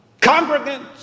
congregants